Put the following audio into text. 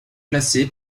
classé